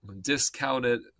discounted